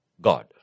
God